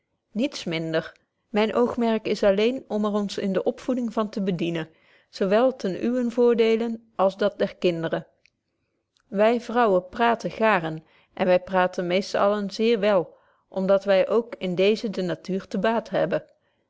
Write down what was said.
niets minder myn oogmerk is alleen om er ons in de opvoeding van te bedienen zo wel ten uwen voordeele als dat der kinderen wy vrouwen praten gaarn en wy praten meest allen zeer wel om dat wy ook in dezen de betje wolff proeve over de opvoeding natuur te baat hebben